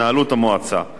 סייגים לכהונה,